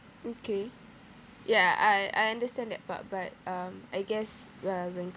okay ya I I understand that part but um I guess uh when it